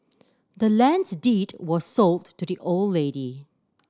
the land's deed was sold to the old lady